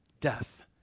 death